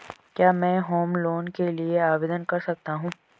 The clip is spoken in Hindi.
क्या मैं होम लोंन के लिए आवेदन कर सकता हूं?